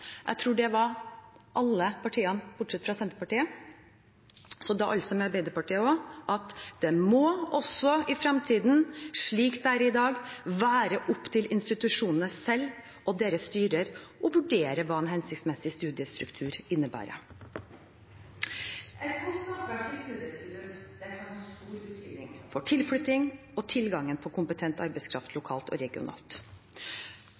jeg tror alle partiene bortsett fra Senterpartiet, så da var altså Arbeiderpartiet også med – at det også i framtiden, slik det er i dag, må være opp til institusjonene selv og deres styrer å vurdere hva en hensiktsmessig studiestruktur innebærer. Et godt og attraktivt studietilbud kan ha stor betydning for tilflytting og tilgangen på kompetent arbeidskraft